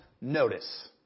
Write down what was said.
notice